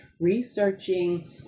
researching